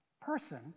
person